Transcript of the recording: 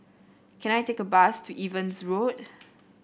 can I take a bus to Evans Road